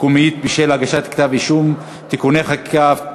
מקומית בשל הגשת כתב אישום) (תיקוני חקיקה),